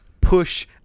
Push